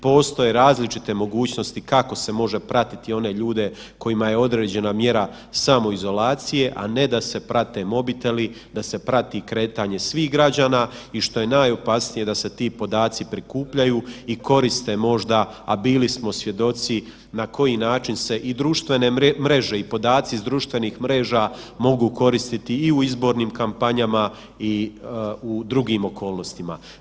Postoje različite mogućnosti kako se može pratiti one ljude kojima je određena mjera samoizolacije, a ne da se prate mobiteli, da se prati kretanje svih građana i što je najopasnije da se ti podaci prikupljaju i koriste možda, a bili smo svjedoci na koji način se i društvene mreže i podaci s društvenih mreža mogu koristiti i u izbornim kampanjama i u drugim okolnostima.